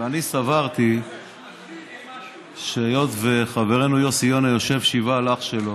ואני סברתי שהיות שחברנו יוסי יונה יושב שבעה על אח שלו,